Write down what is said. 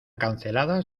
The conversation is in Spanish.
canceladas